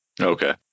Okay